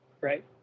Right